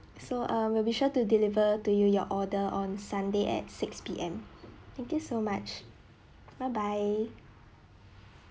so err we'll be sure to deliver to you your order on sunday at six P_M thank you so much bye bye